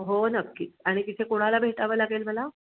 हो नक्कीच आणि तिथे कोणाला भेटावं लागेल मला